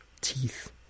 teeth